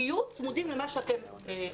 תהיו צמודים למה שהוצאתם.